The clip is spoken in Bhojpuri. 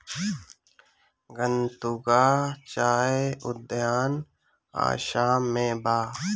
गतूंगा चाय उद्यान आसाम में बा